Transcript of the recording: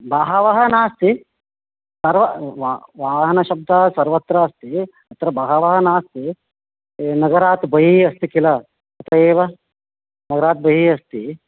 बहवः नास्ति सर्व वाहनशब्दः सर्वत्र अस्ति अत्र बहवः नास्ति नगरात् बहिः अस्ति किल अत एव नगरात् बहिः अस्ति